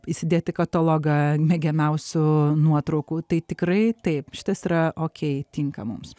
įsidėti katalogą mėgiamiausių nuotraukų tai tikrai taip šitas yra okey tinka mums